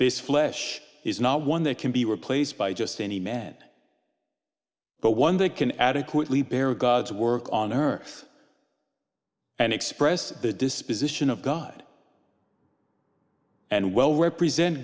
this flesh is not one that can be replaced by just any men but one that can adequately bear god's work on earth and express the disposition of god and well represent